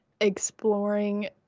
exploring